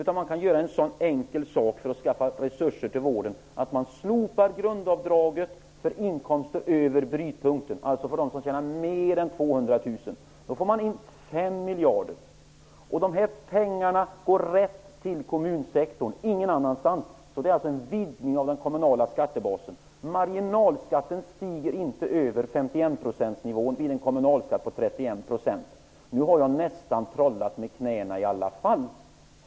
Men man kan göra en sådan enkel sak för att skaffa resurser till vården som att slopa grundavdraget för dem som har inkomster över brytpunkten, alltså för dem som tjänar mer än 200 000. Då får man in 5 miljarder. Dessa pengar går bara till kommunsektorn, ingen annanstans. Det är alltså en utvidgning av den kommunala skattebasen. Marginalskatten stiger inte över 51-procentsnivån vid en kommunalskatt på 31 %. Nu har jag nästan trollat med knäna i alla fall.